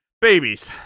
Babies